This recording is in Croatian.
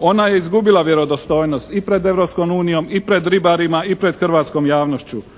Ona je izgubila vjerodostojnost i pred Europskom unijom i pred ribarima i pred hrvatskom javnošću